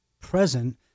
present